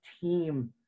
team